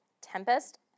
tempest